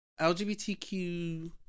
LGBTQ